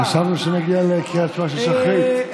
חשבנו שנגיע לקריאת שמע של שחרית.